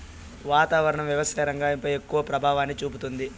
వాతావరణం వ్యవసాయ రంగంపై ఎక్కువ ప్రభావాన్ని చూపుతాది